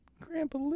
Grandpa